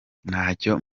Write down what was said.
ntacyo